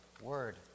word